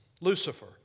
Lucifer